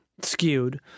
skewed